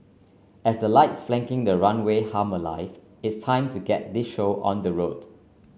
as the lights flanking the runway hum alive it's time to get this show on the road